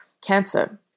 cancer